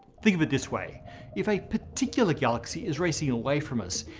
think of it this way if a particular galaxy is racing away from us,